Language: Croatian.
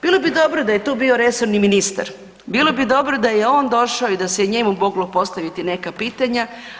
Bilo bi dobro da je tu bio resorni ministar, bilo bi dobro da je on došao i da se njemu moglo postaviti neka pitanja.